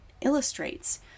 illustrates